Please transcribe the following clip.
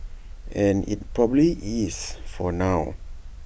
and IT probably is for now